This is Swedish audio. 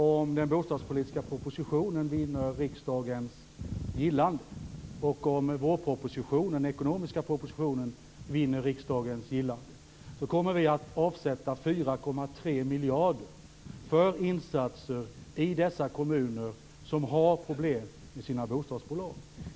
Om den bostadspolitiska propositionen vinner riksdagens gillande, och även den ekonomiska vårpropositionen, kommer vi att avsätta 4,3 miljarder för insatser i de kommuner som har problem med sina bostadsbolag.